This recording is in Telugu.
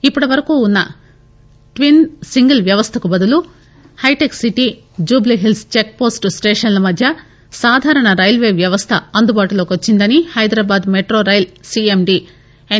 ఇప్పటి వరకు ఉన్న ట్విన్ సింగిల్ వ్యవస్ట బదులు hitech city Jubilee Hills check post స్టేషన్ల మధ్య సాధారన రైల్వే వ్యవస్థ అందుబాటులోకి వచ్చిందని Hyderabad metro rail CMD yes